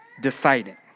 deciding